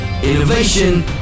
Innovation